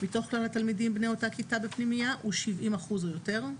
מתוך כלל התלמידים בני אותה כיתה בפנימייה הוא 70% או יותר,